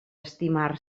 estimar